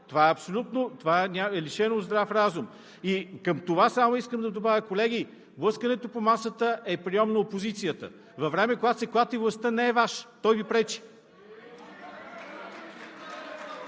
Това е лишено от здрав разум. И към това само искам да добавя: колеги, блъскането по масата е прийом на опозицията – във време, когато се клати властта, не Ваш. Той Ви пречи!